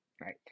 right